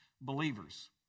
believers